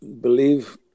believe